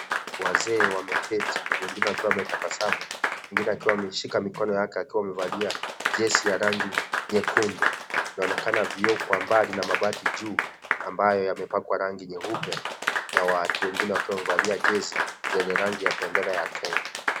Wazee wameketi wengine wakiwa wametabasamu mwingine akiwa akiwa ameshika mikono yake akiwa amevalia jezi ya rangi nyekundu inaonekana vioo kwa mbali na mabati juu ambayo yamepakwa rangi nyeupe na watu wengine wakiwa wamevalia jezi zenye rangi ya bendera ya Kenya.